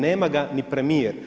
Nema ga ni premijer.